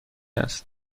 است